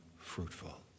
fruitful